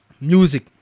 Music